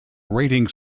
rating